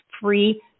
free